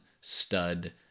stud